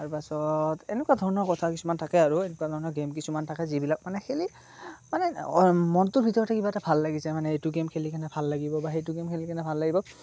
তাৰপাছত এনেকুৱা ধৰণৰ কথা কিছুমান থাকে আৰু এনেকুৱা ধৰণৰ গেম কিছুমান থাকে যিবিলাক মানে খেলি মানে মনটোৰ ভিতৰতে কিবা এটা ভাল লাগি যায় মানে এইটো গেম খেলি কিনে ভাল লাগিব বা সেইটো গেম খেলি কিনে ভাল লাগিব